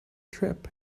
trip